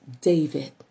David